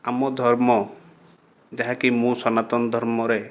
ଆମ ଧର୍ମ ଯାହାକି ମୁଁ ସନାତନ ଧର୍ମରେ